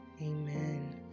Amen